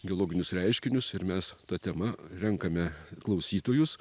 geologinius reiškinius ir mes ta tema renkame klausytojus